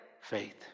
Faith